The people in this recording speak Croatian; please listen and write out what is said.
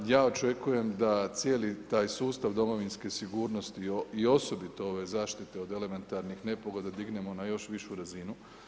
Ja očekujem da cijeli taj sustav domovinske sigurnosti i osobito ove zaštite od elementarnih nepogoda dignemo na još višu razinu.